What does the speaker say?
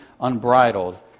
unbridled